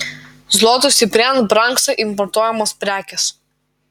zlotui stiprėjant brangsta importuojamos prekės